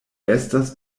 estas